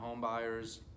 homebuyers